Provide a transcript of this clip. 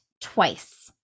twice